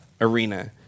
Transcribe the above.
arena